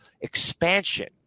expansion